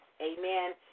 Amen